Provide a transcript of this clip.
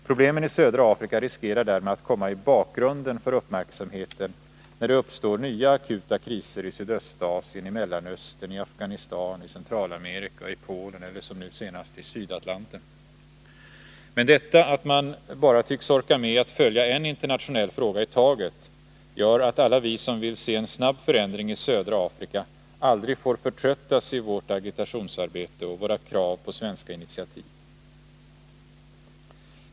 Problemen i södra Afrika riskerar därmed att komma i bakgrunden för uppmärksamheten när det uppstår nya akuta kriser i Sydostasien, i Mellanöstern, i Afghanistan, i Centralamerika, i Polen eller som nu senast i Sydatlanten. Men detta att man bara tycks orka med att följa en internationell fråga i taget, gör att alla vi som vill se en snabb förändring i södra Afrika aldrig får förtröttas i vårt agitationsarbete och våra krav på svenska initiativ.